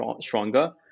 stronger